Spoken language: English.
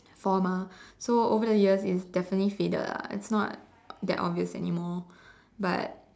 four mah so over the years it's definitely faded ah it's not that obvious anymore but